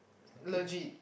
legit